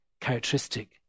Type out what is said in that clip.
characteristic